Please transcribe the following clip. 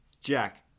Jack